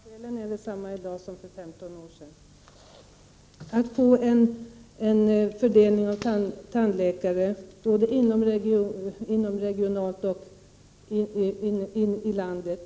Fru talman! Skälen är desamma i dag som för 15 år sedan. Etableringskontrollen syftar till att få en fördelning av tandläkarna både inomregionalt och i landet.